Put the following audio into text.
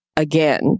Again